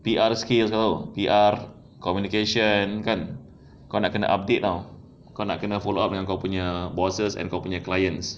P_R skills [tau] P_R communication kan kau nak kena update now kau nak kena follow up dengan kau punya bosses and kau punya clients